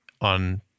on